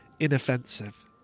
inoffensive